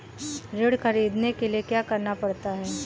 ऋण ख़रीदने के लिए क्या करना पड़ता है?